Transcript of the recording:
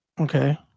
Okay